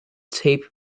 tape